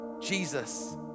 Jesus